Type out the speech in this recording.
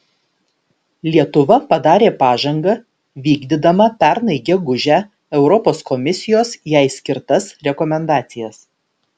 lietuva padarė pažangą vykdydama pernai gegužę europos komisijos jai skirtas rekomendacijas